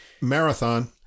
marathon